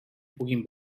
puguin